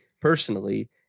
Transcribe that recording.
personally